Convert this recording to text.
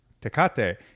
tecate